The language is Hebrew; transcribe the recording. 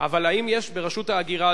אבל האם יש ברשות ההגירה,